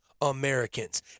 Americans